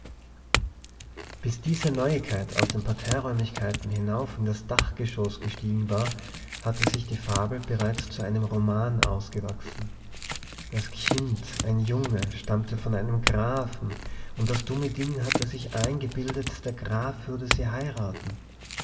bis diese neuigkeit aus den parterreräumlichkeiten hinauf in das dachgeschoß gestiegen war hatte sich die fabel bereits zu einem roman ausgewachsen das kind ein junge stammte von einem grafen und das dumme ding hatte sich eingebildet der graf würde sie heiraten